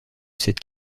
cette